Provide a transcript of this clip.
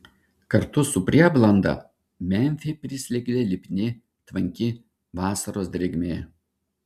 kartu su prieblanda memfį prislėgė lipni tvanki vasaros drėgmė